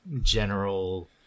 general